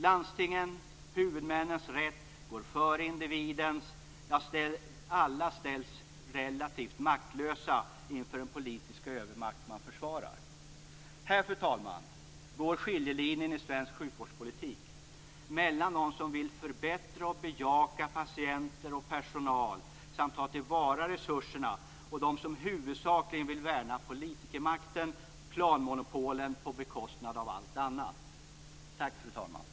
Landstingens - huvudmännens - rätt går före individens, ja, alla ställs relativt maktlösa inför den politiska övermakt man försvarar. Här, fru talman, går skiljelinjen i svensk sjukvårdspolitik - mellan dem som vill förbättra och bejaka patienter och personal samt ta till vara resurserna och dem som huvudsakligen vill värna politikermakten och planmonopolen på bekostnad av allt annat. Tack, fru talman!